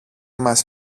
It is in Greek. μας